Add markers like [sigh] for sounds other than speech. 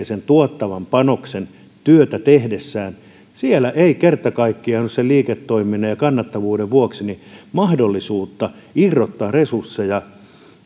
[unintelligible] sen tuottavan panoksen työtä tehdessään siellä ei kerta kaikkiaan ole sen liiketoiminnan ja kannattavuuden vuoksi mahdollisuutta irrottaa resursseja